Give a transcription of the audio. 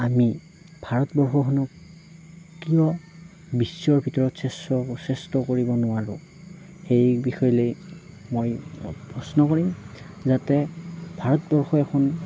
আমি ভাৰতবৰ্ষখনক কিয় বিশ্বৰ ভিতৰত শ্ৰেষ্ঠ শ্ৰেষ্ঠ কৰিব নোৱাৰোঁ সেই বিষয় লৈ মই প্ৰশ্ন কৰিম যাতে ভাৰতবৰ্ষ এখন